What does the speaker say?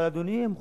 אבל, אדוני המכובד,